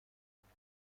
عزیزم